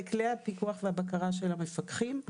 בכלי הפיקוח והבקרה של המפקחים,